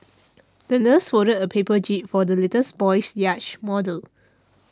the nurse folded a paper jib for the litters boy's yacht model